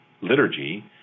Liturgy